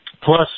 plus